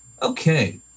Okay